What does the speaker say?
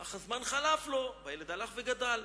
"אך הזמן חלף, והילד הלך וגדל.